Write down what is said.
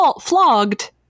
flogged